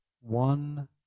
one